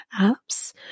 apps